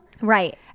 Right